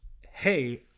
hey